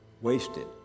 wasted